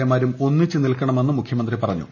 A മാരും ഒന്നിച്ച് നിൽക്കണമെന്ന് മുഖ്യമന്ത്രി പറഞ്ഞു